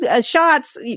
shots